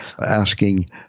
asking